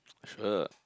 sure